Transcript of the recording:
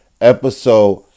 episode